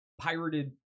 pirated